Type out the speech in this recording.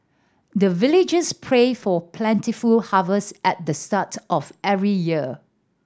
the villagers pray for plentiful harvest at the start of every year